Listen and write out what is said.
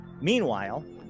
Meanwhile